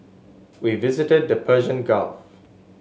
we visited the Persian Gulf